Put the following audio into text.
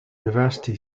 university